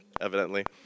evidently